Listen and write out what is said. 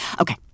Okay